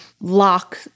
lock